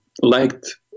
liked